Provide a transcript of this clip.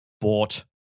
bought